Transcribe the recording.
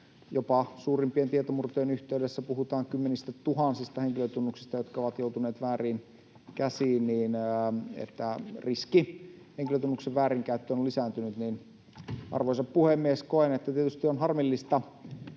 Suurimpien tietomurtojen yhteydessä puhutaan jopa kymmenistä tuhansista henkilötunnuksista, jotka ovat joutuneet vääriin käsiin, niin että riski henkilötunnuksen väärinkäyttöön on lisääntynyt. Arvoisa puhemies! Koen, että tietysti on harmillista,